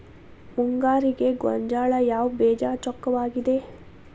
ಮುಂಗಾರಿಗೆ ಗೋಂಜಾಳ ಯಾವ ಬೇಜ ಚೊಕ್ಕವಾಗಿವೆ?